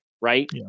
right